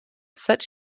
such